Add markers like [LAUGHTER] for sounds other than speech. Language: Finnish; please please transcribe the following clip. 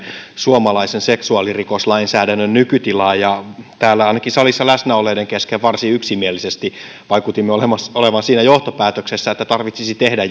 suomalaisen seksuaalirikoslainsäädännön nykytilaa täällä ainakin salissa läsnä olleiden kesken varsin yksimielisesti vaikutimme olevan siinä johtopäätöksessä että tarvitsisi tehdä [UNINTELLIGIBLE]